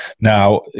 Now